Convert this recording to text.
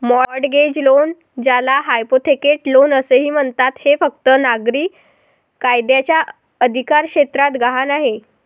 mortgage loan, ज्याला hypothecate loan असेही म्हणतात, हे फक्त नागरी कायद्याच्या अधिकारक्षेत्रात गहाण आहे